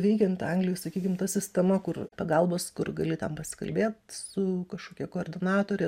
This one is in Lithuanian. veikianti anglijoj sakykim ta sistema kur pagalbos kur gali ten pasikalbėt su kažkokia koordinatore